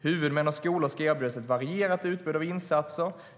Huvudmän och skolor ska erbjudas ett varierat utbud av insatser.